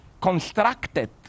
constructed